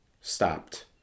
stopped